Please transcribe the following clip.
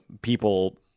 people